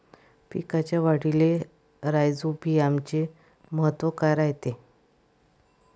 पिकाच्या वाढीले राईझोबीआमचे महत्व काय रायते?